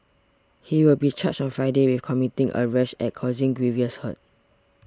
he will be charged on Friday with committing a rash act causing grievous hurt